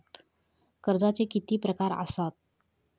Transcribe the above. कर्जाचे किती प्रकार असात?